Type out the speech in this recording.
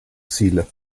ziele